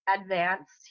advanced